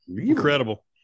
incredible